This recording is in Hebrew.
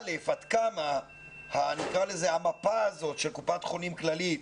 א', עד כמה המפה הזאת של קופת חולים כללית